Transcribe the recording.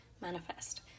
manifest